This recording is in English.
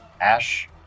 ash